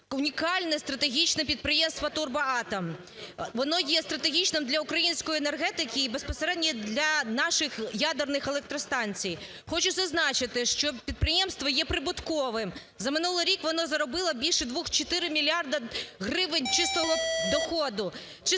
унікальне стратегічне підприємство "Турбоатом". Воно є стратегічним для української енергетики і безпосередньо для наших ядерних електростанцій. Хочу зазначити, що підприємство є прибутковим. За минулий рік воно заробило більше двох, 4 мільярди гривень чистого доходу.